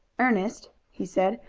ernest, he said,